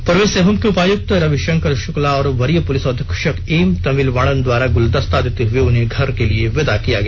पूर्वी सिंहभुम के उपायक्त रविशंकर शक्ला और वरीय पूलिस अधीक्षक एम तमिल वाणन द्वारा गुलदस्ता देते हुए उन्हें घर के लिए विदा किया गया